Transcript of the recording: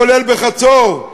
כולל בחצור,